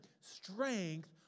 strength